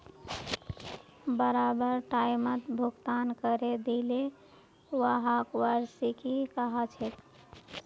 बराबर टाइमत भुगतान करे दिले व्हाक वार्षिकी कहछेक